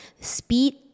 speed